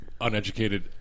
uneducated